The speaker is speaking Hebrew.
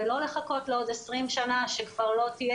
ולא לחכות לעוד 20 שנה שכבר לא תהיה